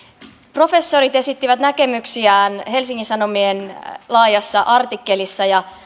professorit esittivät näkemyksiään helsingin sanomien laajassa artikkelissa ja luin